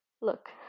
Look